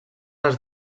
les